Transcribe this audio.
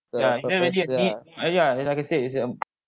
ya is that really a need ah yeah is like I say is it a